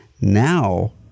Now